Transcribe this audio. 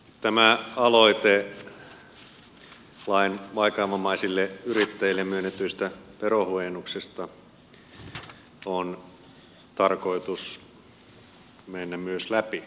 tämän aloitteen laiksi vaikeavammaisille yrittäjille myönnettävistä verohuojennuksista on tarkoitus mennä myös läpi